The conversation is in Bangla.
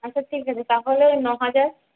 আচ্ছা ঠিক আছে তাহলে ওই নহাজার